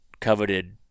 coveted